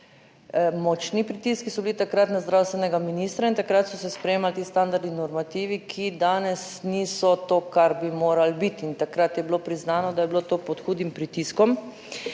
Močni pritiski so bili takrat na zdravstvenega ministra in takrat so se sprejemali ti standardi in normativi, ki danes niso to, kar bi moralo biti, in takrat je bilo priznano, da je bilo to pod hudim pritiskom,